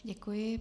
Děkuji.